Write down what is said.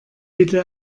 bitte